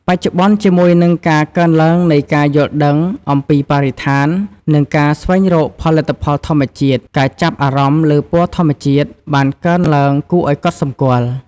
បច្ចុប្បន្ន ជាមួយនឹងការកើនឡើងនៃការយល់ដឹងអំពីបរិស្ថាន និងការស្វែងរកផលិតផលធម្មជាតិ ការចាប់អារម្មណ៍លើពណ៌ធម្មជាតិបានកើនឡើងគួរឱ្យកត់សម្គាល់។